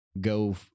go